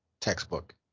textbook